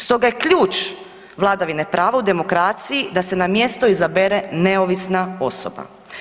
Stoga je ključ vladavine prava u demokraciji, da se na mjesto izabere neovisna osoba.